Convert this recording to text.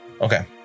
okay